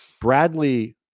Bradley